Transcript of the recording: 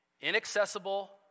Inaccessible